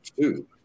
two